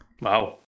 Wow